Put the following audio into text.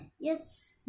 Yes